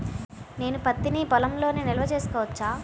నేను పత్తి నీ పొలంలోనే నిల్వ చేసుకోవచ్చా?